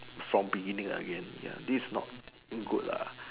from beginning again this is not good lah